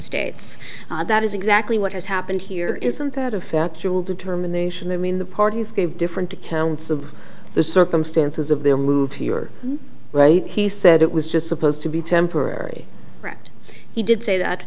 states that is exactly what has happened here isn't that a factual determination that mean the parties gave different accounts of the circumstances of their move you are right he said it was just supposed to be temporary correct he did say that